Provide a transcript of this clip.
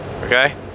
Okay